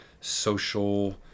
social